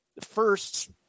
first